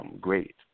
great